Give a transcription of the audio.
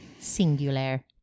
Singular